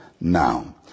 now